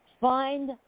find